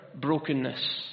brokenness